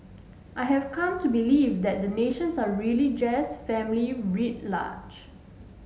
I have come to believe that nations are really just family writ large